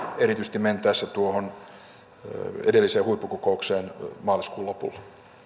erityisesti mentäessä edelliseen huippukokoukseen maaliskuun lopulla